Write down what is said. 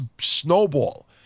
snowball